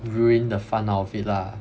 ruin the fun out of it lah